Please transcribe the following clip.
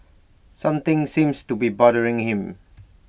something seems to be bothering him